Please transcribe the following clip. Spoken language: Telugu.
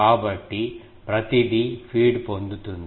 కాబట్టి ప్రతిదీ ఫీడ్ పొందుతుంది